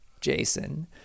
Jason